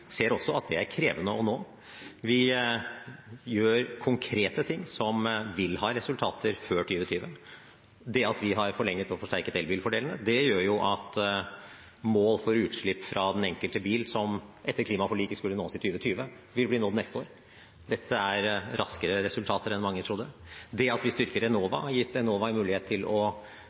ser også at det er krevende å nå. Vi gjør konkrete ting som vil ha resultater før 2020. Det at vi har forlenget og forsterket elbilfordelene, gjør at mål for utslipp fra den enkelte bil som etter klimaforliket skulle nås i 2020, vil bli nådd neste år. Dette er raskere resultater enn mange trodde. Det at vi styrker Enova, har gitt Enova en mulighet til å